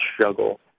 struggle